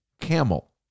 camel